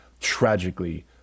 tragically